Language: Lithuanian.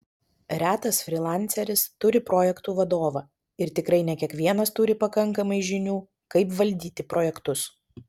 retas frylanceris turi projektų vadovą ir tikrai ne kiekvienas turi pakankamai žinių kaip valdyti projektus